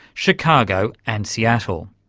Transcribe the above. chicago and seattle.